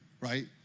right